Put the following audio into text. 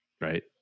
right